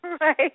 Right